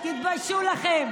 תתביישו לכם.